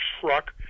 truck